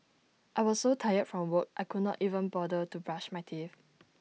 I was so tired from work I could not even bother to brush my teeth